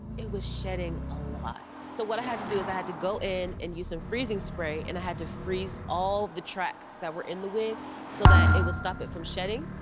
it was shedding a lot, so what i had to to was i had to go in and use some freezing spray and i had to freeze all of the tracks that were in the wig so that it would stop it from shedding.